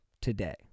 today